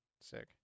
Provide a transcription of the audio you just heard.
Sick